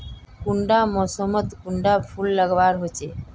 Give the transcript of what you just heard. कुंडा मोसमोत कुंडा फुल लगवार होछै?